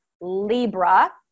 Libra